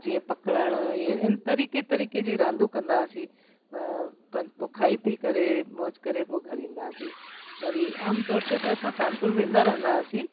जीअं पकड़ण ये तरीक़े तरीक़े जी रांधू कंदा हुआसीं पोइ खाई पी करे मौज करे पोइ घरु ईंदासीं वरी आमतौर ते त असां कानपूर वेंदा रहंदा हुआसीं